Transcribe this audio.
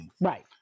right